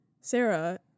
Sarah